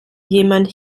jemand